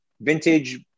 vintage